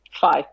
five